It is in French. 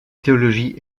théologie